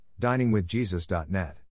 diningwithjesus.net